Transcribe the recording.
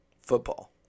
football